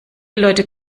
leute